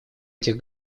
этих